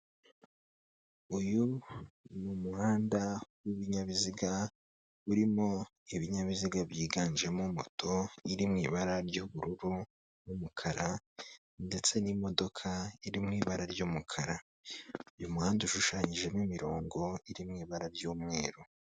Uyu ni umuhanda w'ibinyabiziga urimo ibinyabiziga byiganjemo moto iri mu ibara ry'ubururu n'umukara ndetse n'imodoka iri mu ibara ry'umukara, uyu umuhanda ushushanyijemo imirongo iri mu ibara ry'umweru.